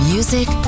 Music